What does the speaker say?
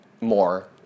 more